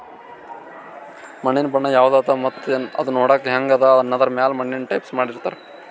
ಮಣ್ಣಿನ್ ಬಣ್ಣ ಯವದ್ ಅದಾ ಮತ್ತ್ ಅದೂ ನೋಡಕ್ಕ್ ಹೆಂಗ್ ಅದಾ ಅನ್ನದರ್ ಮ್ಯಾಲ್ ಮಣ್ಣಿನ್ ಟೈಪ್ಸ್ ಮಾಡಿರ್ತಾರ್